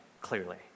clearly